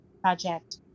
Project